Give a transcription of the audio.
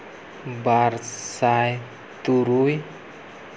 ᱵᱟᱨ ᱥᱟᱭ ᱛᱩᱨᱩᱭ